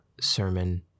sermon